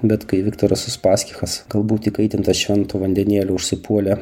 bet kai viktoras uspaskichas galbūt įkaitintas šventu vandenėliu užsipuolė